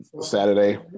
Saturday